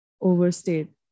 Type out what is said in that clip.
overstate